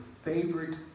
favorite